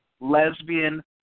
lesbian